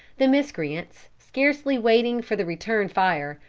the miscreants, scarcely waiting for the return fire,